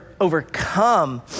overcome